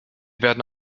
werden